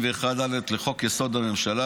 31(ד) לחוק-יסוד: הממשלה,